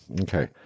Okay